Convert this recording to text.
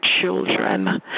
children